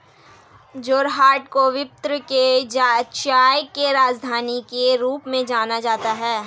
जोरहाट को विश्व की चाय की राजधानी के रूप में जाना जाता है